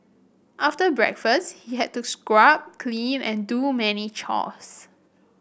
after breakfast he had to scrub clean and do many chores